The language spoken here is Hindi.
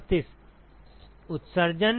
उत्सर्जन